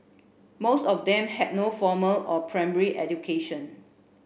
most of them had no formal or primary education